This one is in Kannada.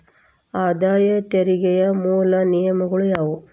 ಆದಾಯ ತೆರಿಗೆಯ ಮೂಲ ನಿಯಮಗಳ ಯಾವು